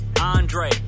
Andre